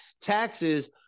Taxes